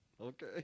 Okay